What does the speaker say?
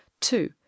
two